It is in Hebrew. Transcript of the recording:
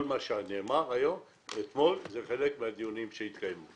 כל מה שנאמר אתמול זה חלק מהדיון שהתקיים.